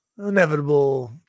Inevitable